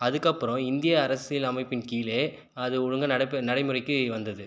அதுக்கப்புறம் இந்திய அரசியலமைப்பின் கீழே அது ஒழுங்கா நடை நடைமுறைக்கு வந்தது